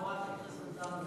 חברת הכנסת זנדברג,